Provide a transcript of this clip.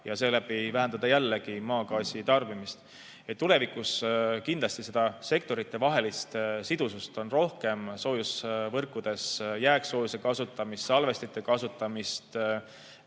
ja seeläbi vähendada maagaasi tarbimist. Tulevikus on kindlasti rohkem sektoritevahelist sidusust, soojusvõrkudes jääksoojuse kasutamist, salvestite kasutamist,